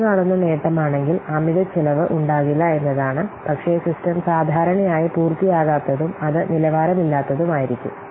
കുറച്ചുകാണുന്ന നേട്ടമാണെങ്കിൽ അമിത ചെലവ് ഉണ്ടാകില്ല എന്നതാണ് പക്ഷേ സിസ്റ്റം സാധാരണയായി പൂർത്തിയാകാത്തതും അത് നിലവാരമില്ലാത്തതുമായിരിക്കും